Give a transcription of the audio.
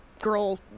girl